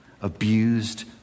abused